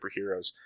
superheroes